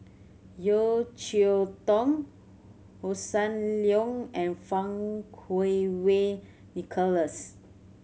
Yeo Cheow Tong Hossan Leong and Fang Kuo Wei Nicholas